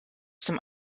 zum